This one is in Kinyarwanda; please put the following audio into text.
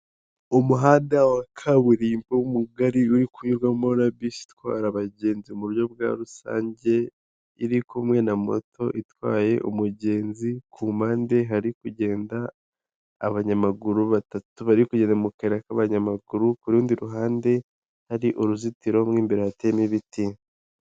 Umuhanda wa kaburimbo mugari uri kunyurwamo na bisi itwara abagenzi mu buryo bwa rusange, iri kumwe na moto itwaye umugenzi, ku mpande hari kugenda abanyamaguru batatu, bari kugenda mu kayira k'abanyamaguru, ku rundi ruhande hari uruzitiro mo imbere hateyemo ibiti.